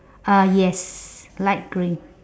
uh yes light green